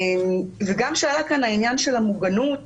וגם שעלה כאן העניין של המוגנות